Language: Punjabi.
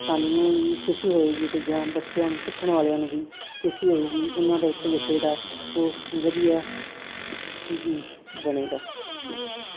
ਸਾਨੂੰ ਵੀ ਖੁਸ਼ੀ ਹੋਏਗੀ ਅਤੇ ਜਾਂ ਬੱਚਿਆਂ ਨੂੰ ਸਿੱਖਣ ਵਾਲਿਆਂ ਨੂੰ ਵੀ ਖੁਸ਼ੀ ਹੋਵੇਗੀ ਉਹਨਾਂ ਦਾ ਭਵਿੱਖ ਜਿਹੜਾ ਉਹ ਵਧੀਆ ਬਣੇਗਾ ਠੀਕ